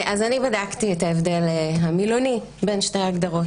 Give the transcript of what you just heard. בדקתי את ההבדל המילוני בין שתי ההגדרות,